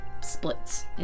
splits